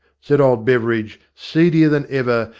said old beveridge, seedier than ever,